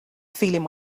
feeling